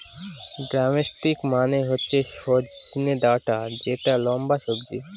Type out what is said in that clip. drumstick মানে হচ্ছে সজনে ডাটা যেটা লম্বা সবজি